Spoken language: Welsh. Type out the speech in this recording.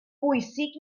bwysig